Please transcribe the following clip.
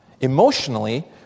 Emotionally